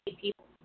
people